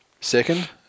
Second